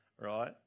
right